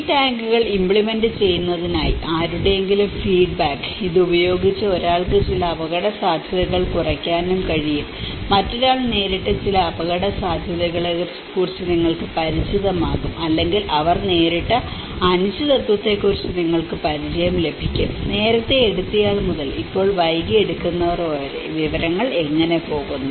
ഈ ടാങ്കുകൾ ഇമ്പ്ലിമെൻറ് ചെയ്യുന്നതിനായി ആരുടെയെങ്കിലും ഫീഡ്ബാക്ക് ഇത് ഉപയോഗിച്ച ഒരാൾക്ക് ചില അപകടസാധ്യതകൾ കുറയ്ക്കാനും കഴിയും മറ്റൊരാൾ നേരിട്ട ചില അപകടസാധ്യതകളെക്കുറിച്ച് നിങ്ങൾക്ക് പരിചിതമാകും അല്ലെങ്കിൽ അവർ നേരിട്ട അനിശ്ചിതത്വങ്ങളെക്കുറിച്ച് നിങ്ങൾക്ക് പരിചയം ലഭിക്കും നേരത്തെ എടുത്തയാൾ മുതൽ ഇപ്പോൾ വൈകി എടുക്കുന്നവർ വരെ വിവരങ്ങൾ എങ്ങനെ പോകുന്നു